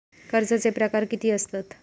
कर्जाचे प्रकार कीती असतत?